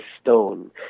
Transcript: stone